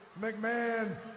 McMahon